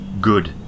good